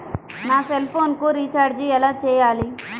నా సెల్ఫోన్కు రీచార్జ్ ఎలా చేయాలి?